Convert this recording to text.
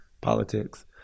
politics